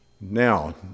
Now